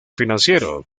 financiero